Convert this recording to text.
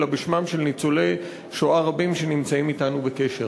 אלא בשמם של ניצולי שואה רבים שנמצאים אתנו בקשר.